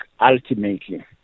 ultimately